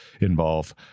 involve